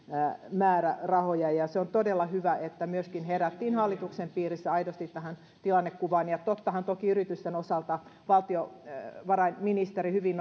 määrärahoja on todella hyvä että myöskin hallituksen piirissä herättiin aidosti tähän tilannekuvaan ja tottahan toki yritysten osalta valtiovarainministeri hyvin